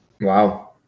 Wow